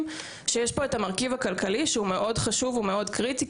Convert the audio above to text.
שיש פה את המרכיב הכלכלי שהוא מאוד חשוב וקריטי,